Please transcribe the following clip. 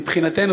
מבחינתנו,